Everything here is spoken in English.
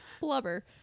Blubber